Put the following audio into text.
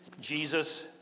Jesus